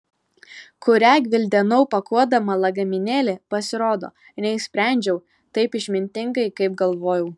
kurią gvildenau pakuodama lagaminėlį pasirodo neišsprendžiau taip išmintingai kaip galvojau